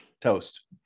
toast